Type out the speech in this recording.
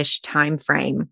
timeframe